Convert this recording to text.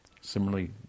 similarly